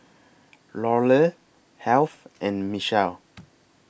Lorelei Heath and Michal